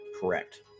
Correct